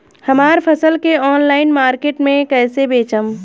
हमार फसल के ऑनलाइन मार्केट मे कैसे बेचम?